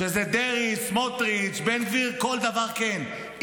שזה דרעי, סמוטריץ', בן גביר, כן על כל דבר.